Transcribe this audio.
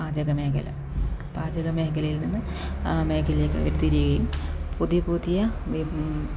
പാചക മേഖല പാചക മേഖലയിൽ നിന്ന് ആ മേഖലയിലേക്ക് അവർ തിരിയുകയും പുതിയ പുതിയ വി